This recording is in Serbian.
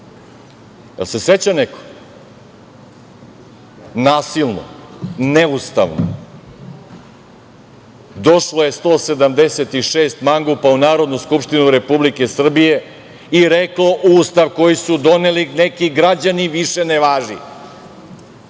li se seća neko? Nasilno, ustavno. Došlo je 176 mangupa u Narodnu skupštinu Republike Srbije i reklo – Ustav koji su doneli neki građani više ne važi.